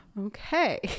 Okay